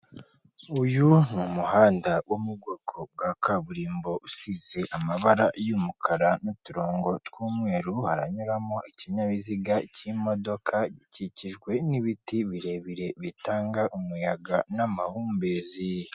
Uyu ni umuhanda wo mu bwoko bwa kaburimbo usize amabara y'umukara n'uturongo tw'umweru, haranyuramo ikinyabiziga cy'imodoka, ukikijwe n'ibiti birebire bitanga umuyaga n'amahumbezi.